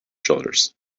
shoulders